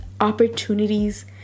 opportunities